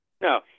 No